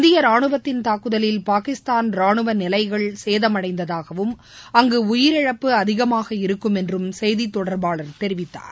இந்திய ராணுவத்தின் தாக்குதலில் பாகிஸ்தான் ராணுவ நிலைகள் சேதமடைந்ததாகவும் அங்கு உயிரிழப்பு அதிகமாக இருக்கும் என்றும் செய்தி தொடர்பாளர் தெரிவித்தார்